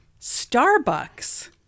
Starbucks